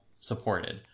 supported